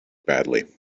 badly